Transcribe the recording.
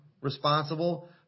responsible